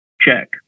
check